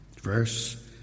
Verse